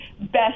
best